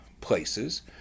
places